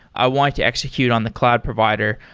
i want to execute on the cloud provider.